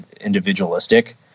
individualistic